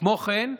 כמו כן,